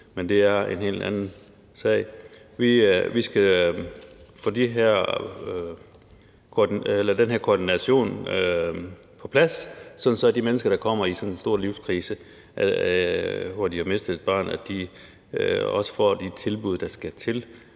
men det er en helt anden sag. Vi skal have den her koordination på plads, sådan at de mennesker, der kommer i en så stor livskrise med, at de har mistet et barn, også får de tilbud, der skal til,